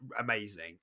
amazing